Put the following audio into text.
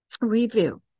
review